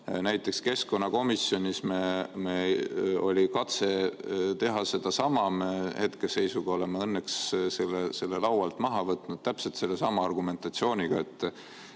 Näiteks keskkonnakomisjonis meil oli katse teha sedasama – me hetkeseisuga oleme õnneks selle laualt maha võtnud – täpselt sellesama argumentatsiooniga, et